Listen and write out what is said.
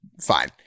fine